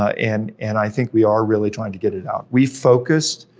ah and and i think we are really trying to get it out. we focused,